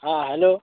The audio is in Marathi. हां हॅलो